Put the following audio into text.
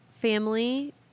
family